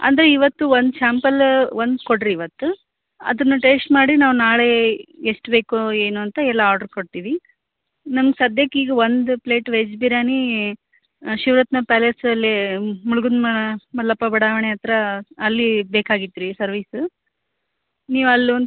ಅಂದರೆ ಇವತ್ತು ಒಂದು ಸ್ಯಾಂಪಲ್ ಒಂದು ಕೊಡಿರಿ ಇವತ್ತು ಅದನ್ನು ಟೇಸ್ಟ್ ಮಾಡಿ ನಾವು ನಾಳೆ ಎಷ್ಟು ಬೇಕು ಏನು ಅಂತ ಎಲ್ಲ ಆರ್ಡರ್ ಕೊಡ್ತೀವಿ ನಮ್ಗೆ ಸದ್ಯಕ್ಕೆ ಈಗ ಒಂದು ಪ್ಲೇಟ್ ವೆಜ್ ಬಿರಿಯಾನಿ ಶಿವರತ್ನ ಪ್ಯಾಲೇಸಲ್ಲಿ ಮುಳುಗುಲ್ ಮಲ್ಲಪ್ಪ ಬಡಾವಣೆ ಹತ್ತಿರ ಅಲ್ಲಿ ಬೇಕಾಗಿತ್ರಿ ಸರ್ವಿಸ್ ನೀವು ಅಲ್ಲಿ ಒಂದು